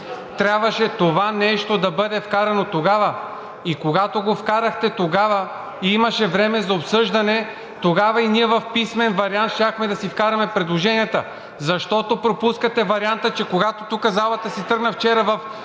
трябваше това нещо да бъде вкарано тогава. И когато го вкарахте тогава, имаше време за обсъждане, тогава и ние в писмен вид щяхме да си внесем предложенията. Защото пропускате, че когато тук залата си тръгна вчера в